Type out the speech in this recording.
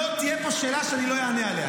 לא תהיה פה שאלה שאני לא אענה עליה.